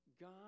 God